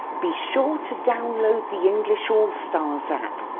be sure to download the english all stars app.